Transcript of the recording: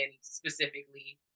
specifically